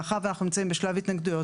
מאחר ואנחנו נמצאים בשלב ההתנגדויות